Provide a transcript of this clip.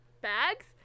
bags